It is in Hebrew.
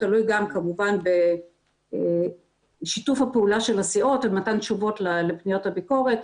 תלוי גם כמובן בשיתוף הפעולה של הסיעות על מתן תשובות לפניות הביקורת.